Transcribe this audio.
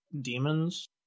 demons